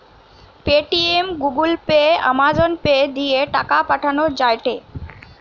Paytm, Google Pay, Amazon Pay দিয়ে টাকা পাঠান যায়টে